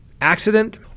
accident